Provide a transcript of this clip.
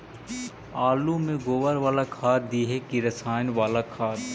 आलु में गोबर बाला खाद दियै कि रसायन बाला खाद?